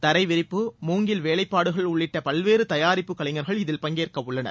தரை விரிப்பு மூங்கில் வேலைப்பாடுகள் உள்ளிட்ட பல்வேறு தயாரிப்பு கலைஞர்கள் இதில் பங்கேற்கவுள்ளனர்